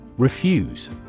Refuse